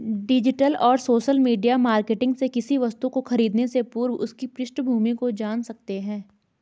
digital और social media marketing से किसी वस्तु को खरीदने से पूर्व उसकी पृष्ठभूमि को जान सकते है